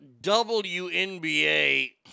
WNBA